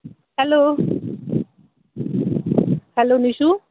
hello hello Nishu